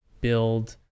build